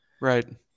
Right